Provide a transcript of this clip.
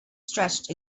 stretched